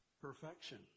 perfection